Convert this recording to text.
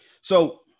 So-